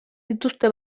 dituzte